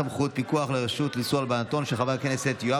איסור קבלת תרומות מיישוב